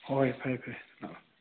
ꯍꯣꯍꯣꯏ ꯐꯔꯦ ꯐꯔꯦ ꯂꯥꯛꯑꯣ ꯂꯥꯛꯑꯣ